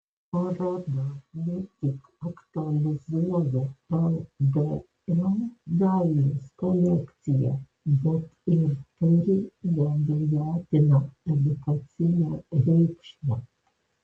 paroda ne tik aktualizuoja ldm dailės kolekciją bet ir turi neabejotiną edukacinę reikšmę